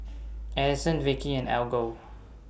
Adyson Vikki and Algot